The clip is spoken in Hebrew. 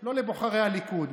לא לבוחרי הליכוד,